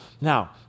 Now